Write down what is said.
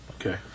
Okay